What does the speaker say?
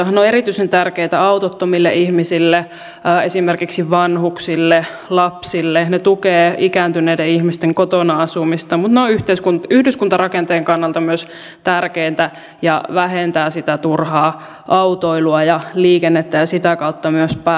ne ovat erityisen tärkeitä autottomille ihmisille esimerkiksi vanhuksille lapsille ne tukevat ikääntyneiden ihmisten kotona asumista mutta ne ovat yhdyskuntarakenteen kannalta myös tärkeitä ja vähentävät sitä turhaa autoilua ja liikennettä ja sitä kautta myös päästöjä